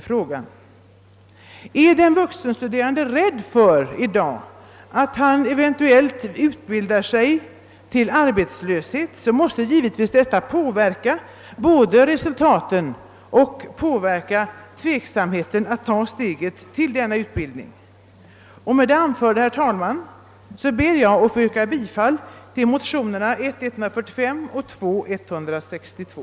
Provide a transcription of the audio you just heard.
Är den vuxenstuderande rädd för att han eventuellt »utbildar sig till arbetslös», så måste detta givetvis både påverka resultaten och förstärka tveksamheten att ta steget till denna utbildning. Herr talman! Med det anförda ber jag att få yrka bifall till motionerna 1:145 och II:162.